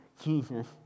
Jesus